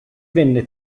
venne